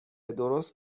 درست